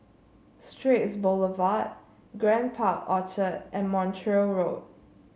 Straits Boulevard Grand Park Orchard and Montreal Road